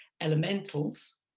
elementals